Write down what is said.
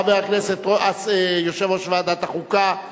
חבר הכנסת, יושב-ראש ועדת החוקה,